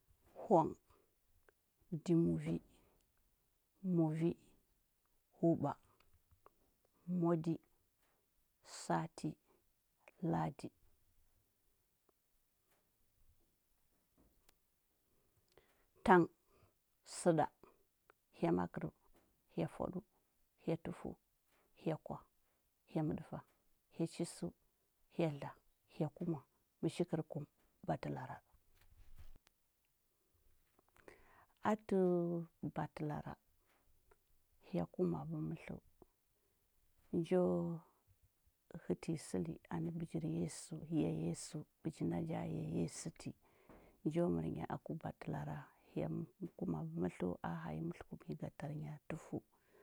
Hong, di muvi, muvi, huɓa, modi, sati, ladi. Tang, səɗa, hya makərəu, hya fwaɗəu, hya tufəu, hya kwah, hya məɗəfa, hya chisəu, hya dla, hya kuma, mishikər kum, batəlara. Atə batəlara, hya kumabəu mətləu. Njo hətə nyi səli anə bəjir yesu yar yesu. Bəji nda nja ya yesu ti. Njo mər nyi aku batəlara. Hya hya kumabəu mətləu a hanyi mətləkumnyi ga tarnya tufəu.